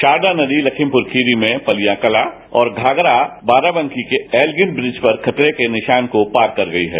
शारदा नदी लखीमपुर खीरी में पलियां कला और घाघरा बाराबंकी के एल्गिन ब्रिज पर खतरे के निशान को पार कर गई है